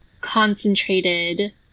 concentrated